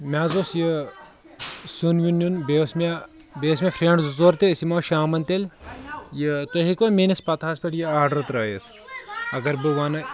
مےٚ حظ اوس یہِ سیُن وِیُن نیُن تہٕ بییٚہِ اوس مےٚ بییٚہِ ٲسۍ مےٚ فرینٛڈ زِ ژور تہِ أسۍ یِمو شامن تیٚلہِ یہِ تُہۍ ہیٚکۍوا میٲنِس پتہس پٮ۪ٹھ یہِ آڈر ترٲیتھ اگر بہٕ ونہٕ